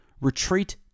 Retreat